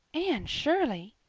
anne shirley,